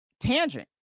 tangent